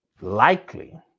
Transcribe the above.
likely